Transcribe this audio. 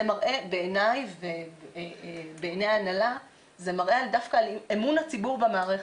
זה מראה בעיניי ובעיניי ההנהלה דווקא על אמון הציבור במערכת.